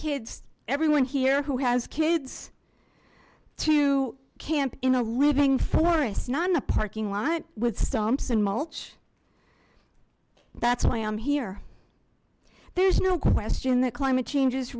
kids everyone here who has kids to camp in a living forest not in a parking lot with stumps and mulch that's why i'm here there's no question that climate change